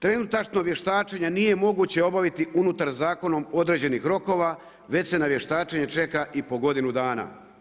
Trenutačno vještačenje nije moguće obaviti unutar zakonom određenim rokova, već se i na vještačenje čeka i po godinu dana.